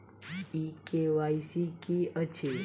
ई KYC की अछि?